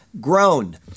grown